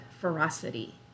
ferocity